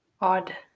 Odd